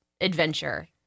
adventure